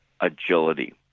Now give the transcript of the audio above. agility